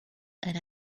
and